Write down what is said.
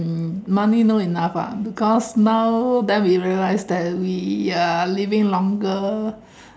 um money no enough ah because now then we realise that we are living longer